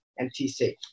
MTC